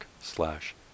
slash